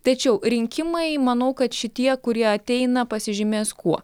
tačiau rinkimai manau kad šitie kurie ateina pasižymės kuo